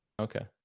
okay